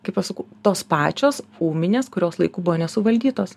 kaip aš sakau tos pačios ūminės kurios laiku buvo nesuvaldytos